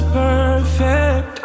perfect